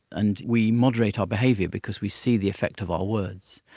and we moderate our behaviour because we see the effect of our words.